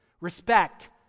Respect